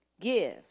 give